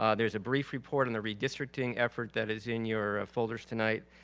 um there's a brief report and a redistricting effort that is in your ah folders tonight,